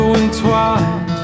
entwined